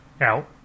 out